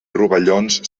rovellons